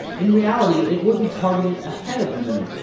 in reality it would be targeted ahead of the moon.